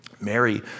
Mary